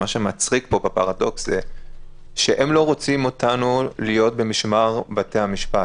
מה שמצחיק פה בפרדוקס זה שהם לא רוצים אותנו להיות במשמר בתי המשפט,